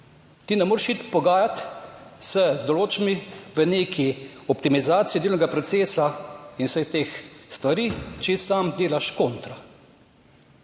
Ti ne moreš iti pogajati z določenimi v neki optimizaciji delovnega procesa in vseh teh stvari, če sam delaš kontra.